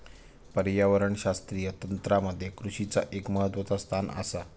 पर्यावरणशास्त्रीय तंत्रामध्ये कृषीचा एक महत्वाचा स्थान आसा